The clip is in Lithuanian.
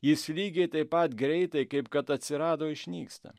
jis lygiai taip pat greitai kaip kad atsirado išnyksta